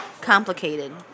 complicated